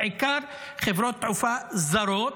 בעיקר חברות תעופה זרות,